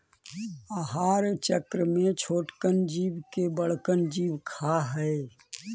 आहार चक्र में छोटकन जीव के बड़कन जीव खा हई